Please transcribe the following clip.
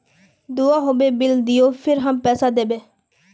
दूबा होबे बिल दियो फिर हम पैसा देबे?